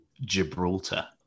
Gibraltar